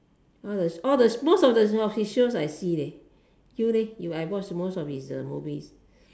all the all the most of the of his shows I see leh you leh I watch most of his uh movies